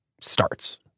starts